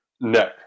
Neck